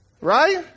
Right